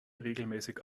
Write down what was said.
regelmäßig